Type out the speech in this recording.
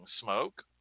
smoke